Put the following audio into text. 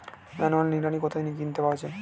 Manual নিড়ানি কোথায় কিনতে পাওয়া যায়?